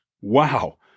wow